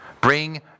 Bring